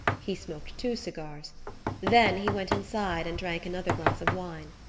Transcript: he smoked two cigars then he went inside and drank another glass of wine.